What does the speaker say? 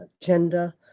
gender